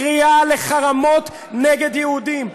קריאה לחרמות נגד יהודים.